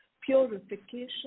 purification